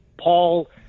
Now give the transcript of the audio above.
Paul